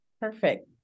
Perfect